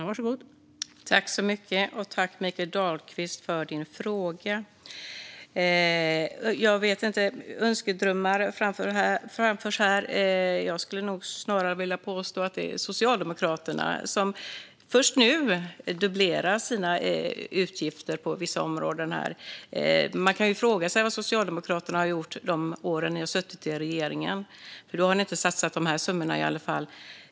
Fru talman! Tack, Mikael Dahlqvist, för din fråga! Önskedrömmar talas det om här. Jag skulle nog snarare påstå att det är Socialdemokraterna som först nu dubblerar sina utgifter på vissa områden. Man kan ju fråga sig vad ni har gjort under de år ni suttit i regeringsställning. Då har ni inte satsat dessa summor i alla fall.